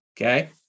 okay